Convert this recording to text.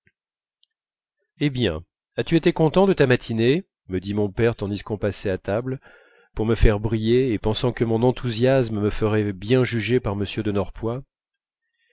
hé bien as-tu été content de ta matinée me dit mon père tandis qu'on passait à table pour me faire briller en pensant que mon enthousiasme me ferait bien juger par